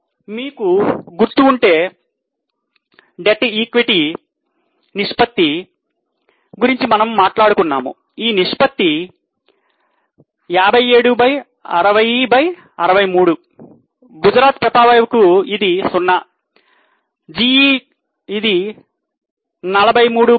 మీకు గుర్తు ఉంటే రుణ ఈక్విటీ కు ఇది 39 బై 64